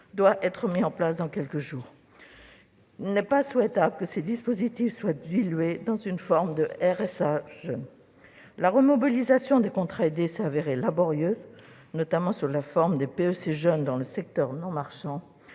doit être mis en place dans quelques jours : il n'est pas souhaitable que ces dispositifs soient dilués dans une sorte de « RSA jeune ». La remobilisation des contrats aidés s'est révélée laborieuse, notamment sous la forme des parcours emploi compétences (PEC) jeunes dans le secteur non marchand.